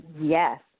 Yes